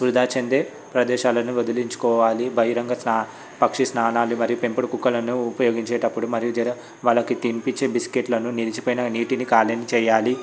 వృధా చెందే ప్రదేశాలను వదిలించుకోవాలి బహిరంగ స్నా పక్షి స్నానాలు మరియు పెంపుడు కుక్కలను ఉపయోగించేటప్పుడు మరియు జర వాళ్ళకి తినిపించే బిస్కెట్లను నిలిచిపోయిన నీటిని ఖాళీ చేయాలి